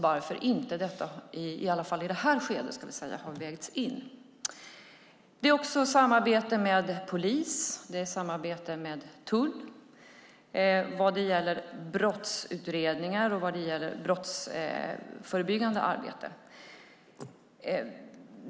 Varför har inte detta, i alla fall i det här skedet, vägts in? Det är också fråga om samarbete med polis och det är samarbete med tull vad gäller brottsutredningar och brottsförebyggande arbete.